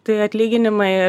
tai atlyginimai